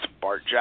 Bart